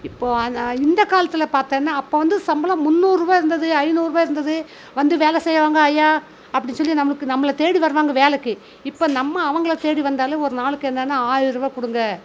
இப்போ ஆனால் இந்த காலத்தில் பார்த்தன்னா அப்போ வந்து சம்பளம் முன்னூறுரூவா இருந்தது ஐநூறுரூவா இருந்தது வந்து வேலை செய்வாங்க ஐயா அப்படி சொல்லி நம்பளுக்கு நம்மளை தேடி வருவாங்க வேலைக்கு இப்போ நம்ம அவங்கள தேடி வந்தாலும் ஒரு நாளுக்கு என்னனா ஆயரூவா கொடுங்க